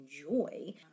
enjoy